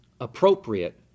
appropriate